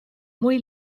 muy